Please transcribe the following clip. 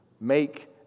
make